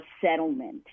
settlement